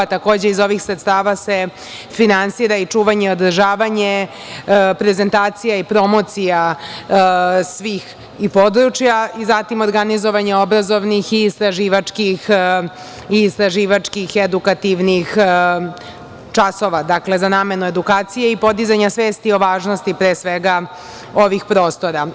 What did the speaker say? Takođe iz ovih sredstava se finansira i čuvanje i održavanje, prezentacija i promocija svih i područja i zatim organizovanja obrazovnih i istraživačkih edukativnih časova, dakle, za namenu edukacije i podizanja svesti o važnosti, pre svega, ovih prostora.